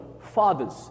Fathers